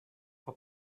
for